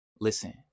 Listen